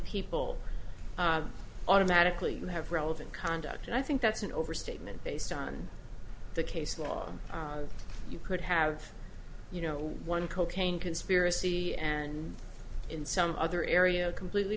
people automatically have relevant conduct and i think that's an overstatement based on the case law you could have you know one cocaine conspiracy and in some other area a completely